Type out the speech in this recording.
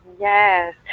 Yes